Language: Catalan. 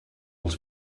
els